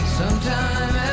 sometime